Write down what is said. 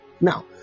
Now